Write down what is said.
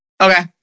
Okay